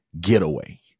getaway